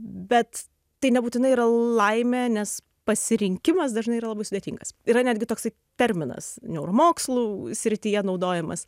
bet tai nebūtinai yra laimė nes pasirinkimas dažnai yra labai sudėtingas yra netgi toksai terminas neuromokslų srityje naudojamas